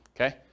okay